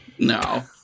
No